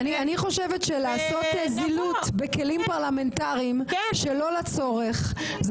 אני חושבת שלעשות זילות בכלים פרלמנטרים שלא לצורך זה